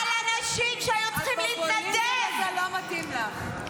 אנשים --- לא מתאים לך.